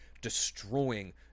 destroying